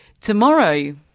tomorrow